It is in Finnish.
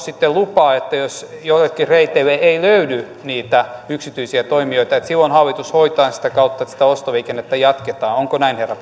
sitten lupaa että jos joillekin reiteille ei löydy niitä yksityisiä toimijoita silloin hallitus hoitaa ne jatkamalla sitä ostoliikennettä onko näin herra